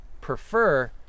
prefer